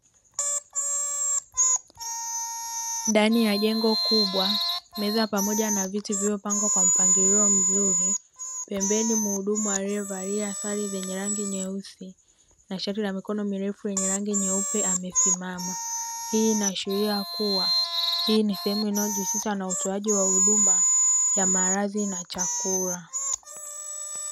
Ndani ya jengo kubwa meza pamoja na viti vilivyopangwa kwa mpangilio mzuri, pembeni mhudumu aliyevalia sare zenye rangi nyeusi na shati la mikono mirefu lenye rangi nyeupe amesimama, hii inaashiria kuwa hii ni sehemu inayojihusisha na utoaji wa huduma ya malazi na chakula.